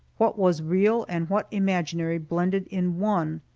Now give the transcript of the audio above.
what was real and what imaginary blended in one.